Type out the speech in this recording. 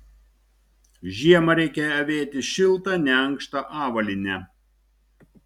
žiemą reikia avėti šiltą neankštą avalynę